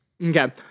Okay